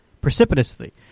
precipitously